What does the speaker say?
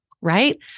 right